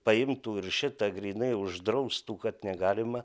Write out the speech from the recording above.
paimtų ir šitą grynai uždraustų kad negalima